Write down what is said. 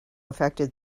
affected